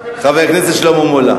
חבר הכנסת שלמה מולה.